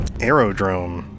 Aerodrome